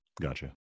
Gotcha